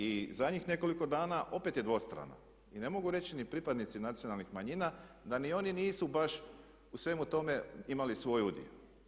I zadnjih nekoliko dana opet je dvostrana i ne mogu reći ni pripadnici nacionalnih manjina da ni oni nisu baš u svemu tome imali svoj udio.